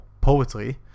poetry